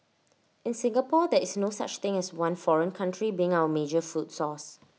in Singapore there is no such thing as one foreign country being our major food source